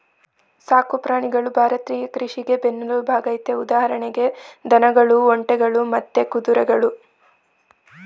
ಸಾಕು ಪ್ರಾಣಿಗಳು ಭಾರತೀಯ ಕೃಷಿಗೆ ಬೆನ್ನೆಲ್ಬಾಗಯ್ತೆ ಉದಾಹರಣೆಗೆ ದನಗಳು ಒಂಟೆಗಳು ಮತ್ತೆ ಕುದುರೆಗಳು